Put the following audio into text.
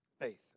Faith